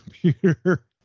computer